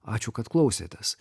ačiū kad klausėtės